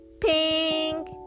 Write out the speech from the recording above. pink